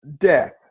death